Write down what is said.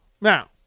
Now